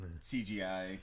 CGI